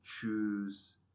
choose